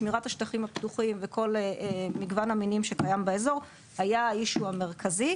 שמירת השטחים הפתוחים וכל מגוון המינים שקיים באזור היה האישיו המרכזי.